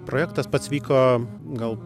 projektas pats vyko gal